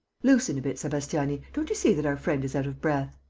loosen a bit, sebastiani don't you see that our friend is out of breath.